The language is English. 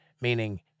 meaning